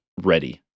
ready